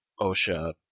Osha